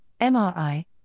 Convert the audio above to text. MRI